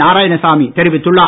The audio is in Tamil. நாராயணசாமி தெரிவித்துள்ளார்